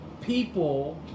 people